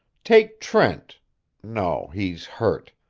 take trent no, he's hurt.